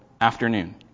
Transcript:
afternoon